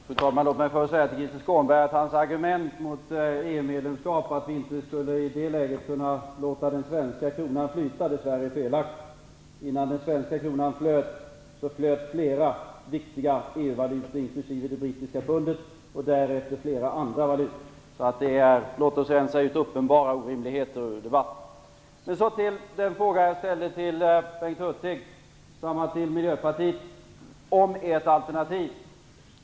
Fru talman! Låt mig först säga till Krister Skånberg att hans argument mot ett EU-medlemskap, att vi i det läget inte skulle kunna låta den svenska kronan flyta, dess värre är felaktigt. Innan den svenska kronan flöt, flöt flera viktiga EU-valutor - inklusive det brittiska pundet och därefter flera andra valutor. Låt oss således rensa ut uppenbara orimligheter från debatten! Sedan till den fråga som jag ställde till Bengt Hurtig och även till Miljöpartiet om ert alternativ.